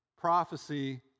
prophecy